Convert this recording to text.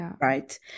right